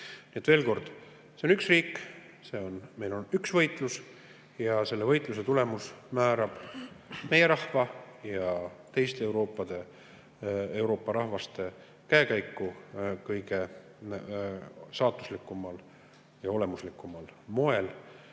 Nii et veel kord: see on üks riik, meil on üks võitlus ja selle võitluse tulemus määrab meie rahva ja teiste Euroopa rahvaste käekäiku kõige saatuslikumal ja olemuslikumal moel.